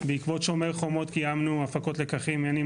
בעקבות "שומר חומות" קיימנו הפקות לקחים הן עם